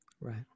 Right